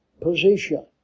position